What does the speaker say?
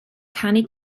canu